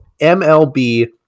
MLB